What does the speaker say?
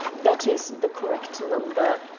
that is the correct number.